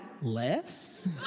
Less